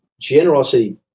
generosity